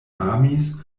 amis